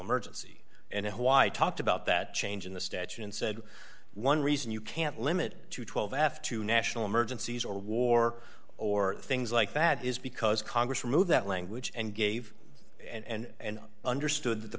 emergency and why i talked about that change in the statute and said one reason you can't limit to twelve after two national emergencies or war or things like that is because congress removed that language and gave and understood th